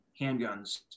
handguns